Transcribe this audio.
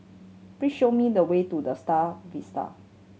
please show me the way to The Star Vista